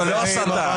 זה לא הסתה?